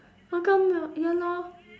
how come ah ya lor